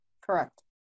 Correct